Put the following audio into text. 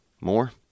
More